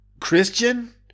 Christian